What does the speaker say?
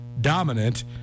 dominant